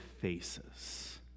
faces